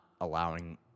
allowing